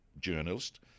journalist